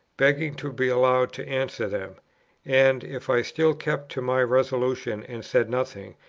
begging to be allowed to answer them and, if i still kept to my resolution and said nothing,